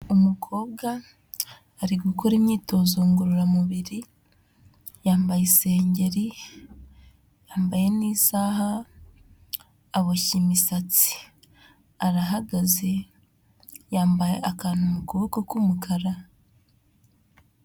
Umukobwa ari gukora imyitozo ngororamubiri, yambaye isengeri, yambaye n'isaha, aboshye imishatsi, arahagaze yambaye akantu mu kuboko k'umukara.